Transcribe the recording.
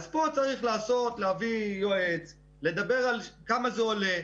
אז צריך להביא יועץ, לדבר על כמה זה עולה.